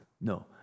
No